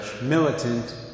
militant